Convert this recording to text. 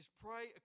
pray